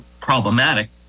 problematic